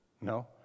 No